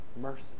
mercy